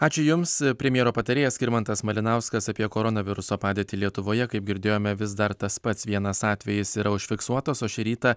ačiū jums premjero patarėjas skirmantas malinauskas apie koronaviruso padėtį lietuvoje kaip girdėjome vis dar tas pats vienas atvejis yra užfiksuotas o šį rytą